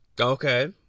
okay